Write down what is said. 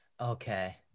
Okay